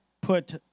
put